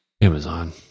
Amazon